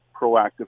proactive